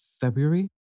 February